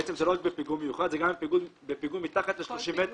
בעצם זה לא רק בפיגום מיוחד אלא זה גם בפיגום מתחת ל-30 מטרים,